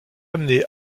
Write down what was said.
amenée